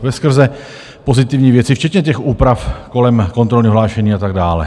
Veskrze pozitivní věci, včetně těch úprav kolem kontrolního hlášení a tak dále.